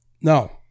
No